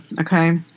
okay